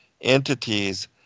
entities